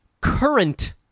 current